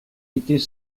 était